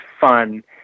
fun